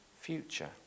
future